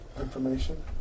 information